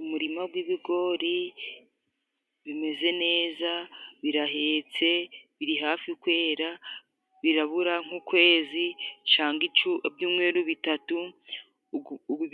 Umurima gw'ibigori bimeze neza. Birahetse, biri hafi kwera, birabura nk'ukwezi cangwa ibyumweru bitatu.